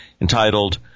entitled